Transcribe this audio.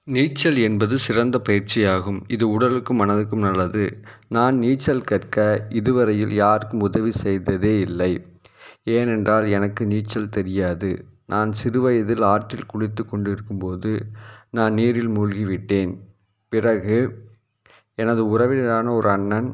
நீச்சல் என்பது சிறந்த பயிற்சி ஆகும் இது உடலுக்கும் மனதுக்கும் நல்லது நான் நீச்சல் கற்க இதுவரையில் யார்க்கும் உதவி செய்தது இல்லை ஏனென்றால் எனக்கு நீச்சல் தெரியாது நான் சிறு வயதில் ஆற்றில் குளித்து கொண்டு இருக்கும் போது நான் நீரில் மூழ்கிவிட்டேன் பிறகு எனது உறவினரான ஒரு அண்ணன்